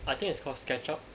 I think it's called SketchUp